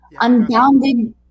unbounded